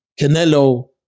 Canelo